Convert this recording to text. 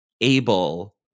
able